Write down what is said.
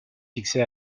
fixé